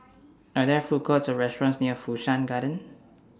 Are There Food Courts Or restaurants near Fu Shan Garden